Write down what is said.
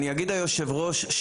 היושב ראש,